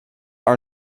are